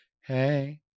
hey